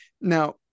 now